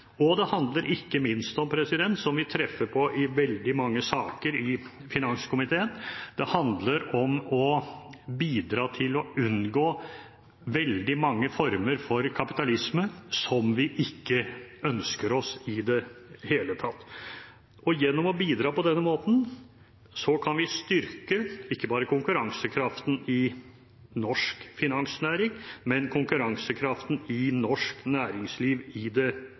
Og det handler ikke minst om – som vi treffer på i veldig mange saker i finanskomiteen – å bidra til å unngå veldig mange former for kapitalisme som vi ikke ønsker oss i det hele tatt. Gjennom å bidra på denne måten kan vi styrke ikke bare konkurransekraften i norsk finansnæring, men konkurransekraften i norsk næringsliv i det